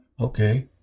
okay